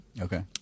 Okay